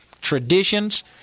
traditions